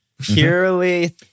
Purely